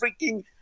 freaking